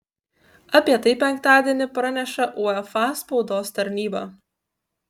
apie tai penktadienį praneša uefa spaudos tarnyba